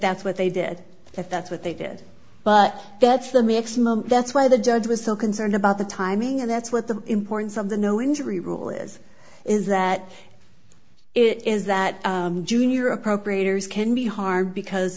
that's what they did if that's what they did but that's the maximum that's why the judge was so concerned about the timing and that's what the importance of the no injury rule is is that it is that junior appropriators can be harmed because